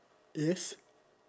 yes